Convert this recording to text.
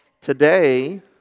today